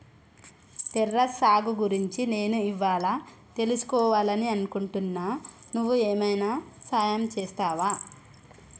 terrace సాగు గురించి నేను ఇవ్వాళా తెలుసుకివాలని అనుకుంటున్నా నువ్వు ఏమైనా సహాయం చేస్తావా